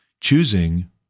choosing